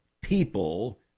people